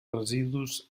residus